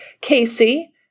Casey